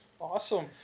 awesome